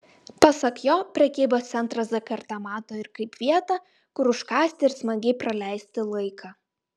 pasak jo prekybos centrą z karta mato ir kaip vietą kur užkąsti ir smagiai praleisti laiką